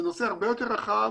זה נושא הרבה יותר רחב,